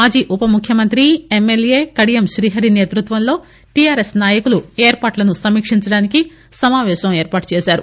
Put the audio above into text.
మాజీ ఉప ముఖ్యమంత్రి ఎమ్మెల్సీ కడియం శ్రీహరి సేతృత్వంలో టిఆర్ఎస్ నాయకులు ఏర్పాట్లను సమీక్షించేందుకు సమావేశం ఏర్పాటు చేశారు